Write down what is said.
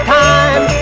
time